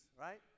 right